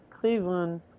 Cleveland